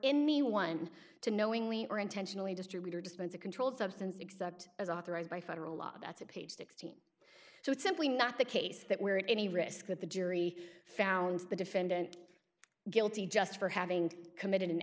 anyone to knowingly or intentionally distributor dispense a controlled substance except as authorized by federal law that's a page sixteen so it's simply not the case that we're at any risk that the jury found the defendant guilty just for having committed an